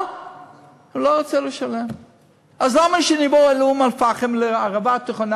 כל תייר מוציא בארץ כ-1,750 דולר בממוצע.